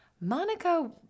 Monica